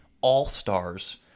All-Stars